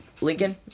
Lincoln